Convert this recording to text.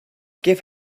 give